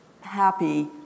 happy